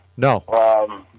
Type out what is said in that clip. No